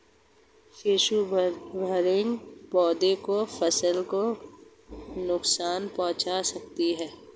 पिस्सू भृंग पौधे की फसल को नुकसान पहुंचा सकते हैं